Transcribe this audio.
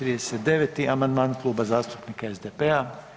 39. amandman Kluba zastupnika SDP-a.